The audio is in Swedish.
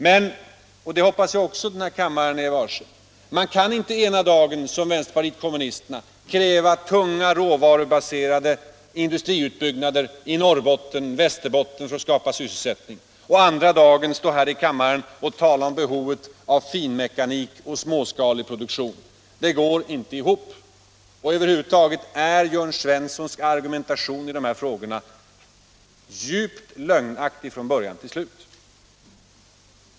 Men man kan inte ena dagen som vpk kräva tung, råvarubaserad industriutbyggnad i Norrbotten och Västerbotten för att skapa sysselsättning och andra dagen stå här i kammaren och tala om behovet av finmekanik och småskaleproduktion. Det går inte ihop. Och över huvud taget är Jörn Svenssons argumentation i dessa frågor djupt lögnaktig från början till slut.